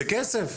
זה כסף.